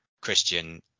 Christian